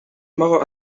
mother